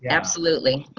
absolutely.